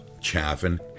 Chaffin